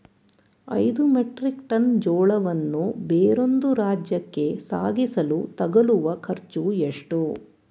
ಐದು metric ton ಜೋಳವನ್ನು ಬೇರೊಂದು ರಾಜ್ಯಕ್ಕೆ ಸಾಗಿಸಲು ತಗಲುವ ಖರ್ಚು ಎಷ್ಟು?